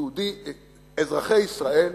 אזרחי ישראל